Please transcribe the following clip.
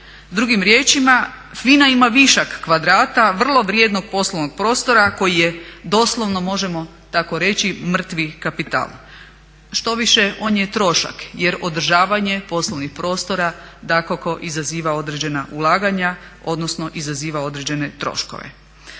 Drugim riječima FINA ima višak kvadrata vrlo vrijednog poslovnog prostora koji je doslovno možemo tako reći mrtvi kapital. Štoviše, on je trošak jer održavanje poslovnih prostora dakako izaziva određena ulaganja, odnosno izaziva određene troškove.